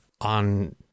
on